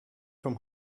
from